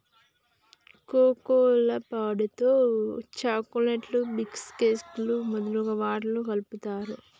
cocoa పొడితో చాకోలెట్లు బీషుకేకులు మొదలగు వాట్లల్లా కలుపుతారు